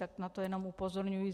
Tak na to jen upozorňuji.